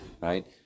Right